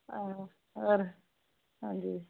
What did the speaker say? ਆ ਹੋਰ ਹਾਂਜੀ